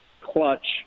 clutch